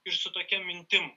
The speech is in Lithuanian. ir su tokia mintim